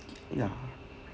yeah